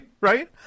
Right